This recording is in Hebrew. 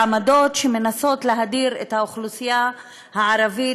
עמדות שמנסות להדיר את האוכלוסייה הערבית,